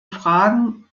fragen